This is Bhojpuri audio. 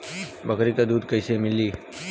बकरी क दूध कईसे मिली?